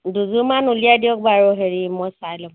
দুযোৰমান ওলিয়াই দিয়ক বাৰু হেৰি মই চাই ল'ম